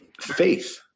faith